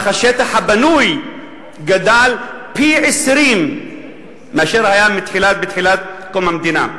אך השטח הבנוי גדל פי-20 מאשר היה בקום המדינה.